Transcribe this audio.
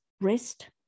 rest